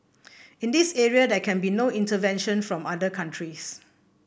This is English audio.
and in this area there can be no intervention from other countries